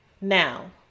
Now